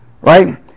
Right